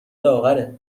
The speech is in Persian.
لاغره